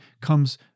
comes